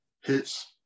hits